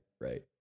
right